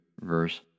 verse